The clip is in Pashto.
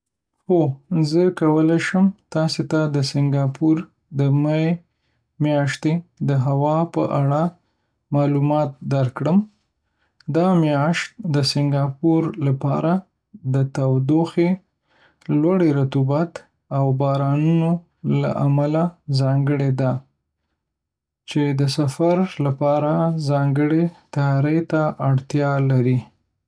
هو، زه کولی شم تاسو ته د سنګاپور د می میاشتې د هوا په اړه معلومات درکړم. دا میاشت د سنګاپور لپاره د تودوخې، لوړې رطوبت، او بارانونو له امله ځانګړې ده، چې د سفر لپاره ځانګړې تیاري ته اړتیا لري.